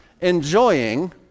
enjoying